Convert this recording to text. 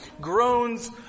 groans